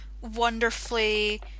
wonderfully